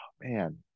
man